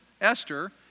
Esther